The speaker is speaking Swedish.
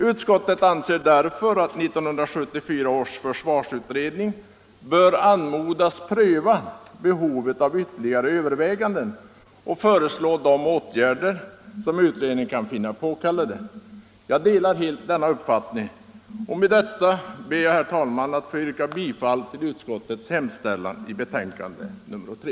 Utskottet anser därför att 1974 års försvarsutredning bör anmodas pröva behovet av ytterligare överväganden och föreslå de åtgärder som utredningen kan finna påkallade. Jag delar helt denna uppfattning. Med detta ber jag, herr talman, att få yrka bifall till försvarsutskottets hemställan i betänkande nr 3.